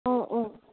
অঁ অঁ